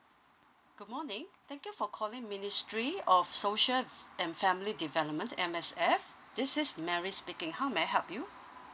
good morning thank you for calling ministry of social f~ and family development M_S_F this is mary speaking how may I help you